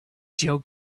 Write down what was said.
joe